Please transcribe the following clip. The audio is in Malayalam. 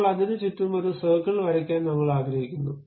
ഇപ്പോൾ അതിനുചുറ്റും ഒരു സർക്കിൾ വരയ്ക്കാൻ നമ്മൾ ആഗ്രഹിക്കുന്നു